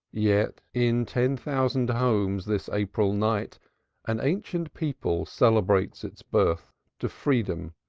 yet in ten thousand homes this april night an ancient people celebrates its birth to freedom,